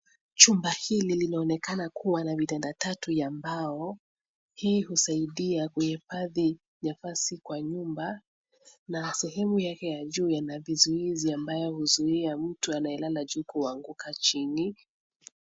Chumba hili linaonekana kuwa na vitanda tatu ya mbao. Hii husaidia kuhifadhi nafasi kwa nyumba na sehemu yake ya juu yana vizuizi ambavyo huzuia mtu anaye lala juu kuanguka chini.